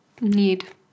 Need